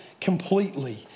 completely